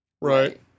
Right